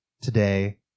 today